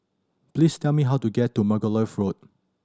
please tell me how to get to Margoliouth Road